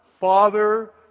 Father